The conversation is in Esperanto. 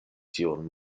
tiun